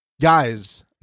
Guys